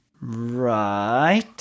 Right